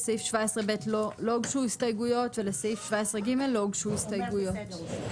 לסעיף 17ב לא הוגשו הסתייגויות ולסעיף 17ג לא הוגשו הסתייגויות.